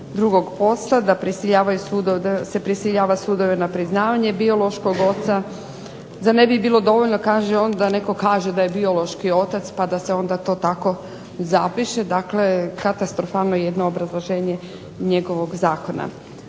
drugog posla, da se prisiljava sudove na priznavanje biološkog oca. Zar ne bi bilo dovoljno kaže on da netko kaže da je biološki otac pa da se onda to tako zapiše. Dakle, katastrofalno jedno obrazloženje njegovog zakona.